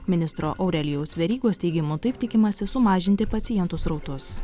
ministro aurelijaus verygos teigimu taip tikimasi sumažinti pacientų srautus